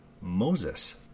Moses